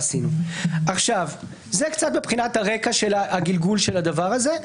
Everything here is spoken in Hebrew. זה קצת הרקע, הגלגול של הדבר הזה.